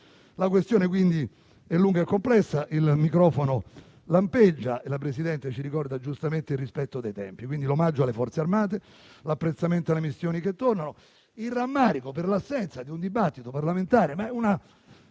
La questione è lunga e complessa, il mio microfono lampeggia e la Presidente ci ricorda giustamente il rispetto dei tempi. Quindi, sottolineo l'omaggio alle Forze armate, l'apprezzamento alle missioni e ai militari che tornano, il rammarico per l'assenza di un dibattito parlamentare - ma è una